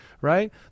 right